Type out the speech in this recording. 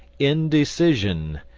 indecision.